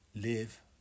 Live